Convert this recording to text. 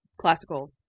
classical